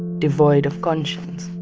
devoid of conscience